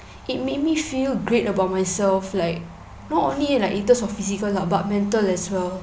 it made me feel great about myself like not only like in terms of physical lah but mental as well